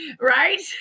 right